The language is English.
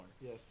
Yes